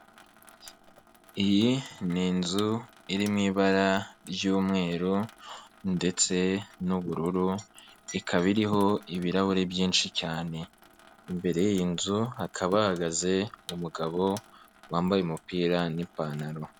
Iyi ni inzu iri mu ibara ry'umweru ndetse n'ubururu ikaba iriho ibirahuri byinshi cyane imbere y'iyi nzu hakaba hahagaze umugabo wambaye umupira n'ipantaro.